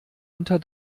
unter